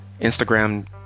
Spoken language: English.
instagram